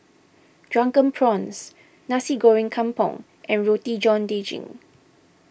Drunken Prawns Nasi Goreng Kampung and Roti John Daging